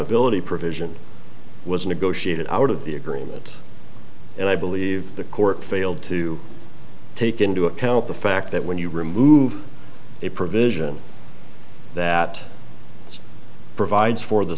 ability provision was negotiated out of the agreement and i believe the court failed to take into account the fact that when you remove a provision that provides for the